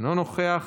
אינו נוכח,